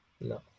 No